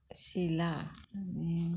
शिला आनी